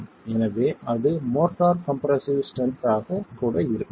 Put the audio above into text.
எனவே அது mortar compressive strength ஆக கூட இருக்கலாம்